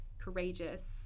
courageous